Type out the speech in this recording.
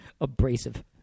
Abrasive